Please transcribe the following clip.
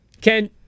Ken